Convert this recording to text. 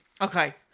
Okay